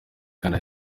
igana